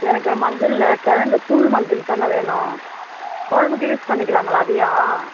எனக்கு மஞ்சளில் கிழங்கு தூள் மஞ்சள் தாங்க வேணும் குழம்புக்கு யூஸ் பண்ணிக்கலாங்களா அதையும்